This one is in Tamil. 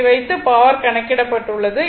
இதை வைத்து பவர் கணக்கிடப்பட்டுள்ளது